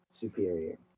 superior